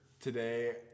Today